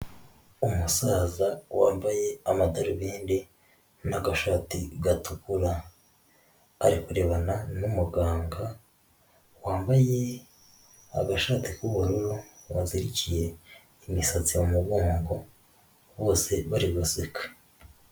Umusaza wambaye amadarubindi n'agashati gatukura, ari kurebana n'umuganga wambaye agashati k'ubururu wazirikiye imisatsi mu mugongo. Bose bari baseka.